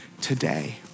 today